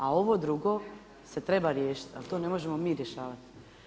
A ovo drugo se treba riješiti, ali to ne možemo mi rješavati.